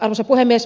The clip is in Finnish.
arvoisa puhemies